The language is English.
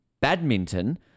badminton